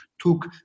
took